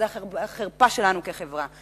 זאת החרפה שלנו, כחברה.